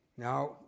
Now